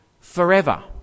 Forever